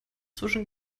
zwischen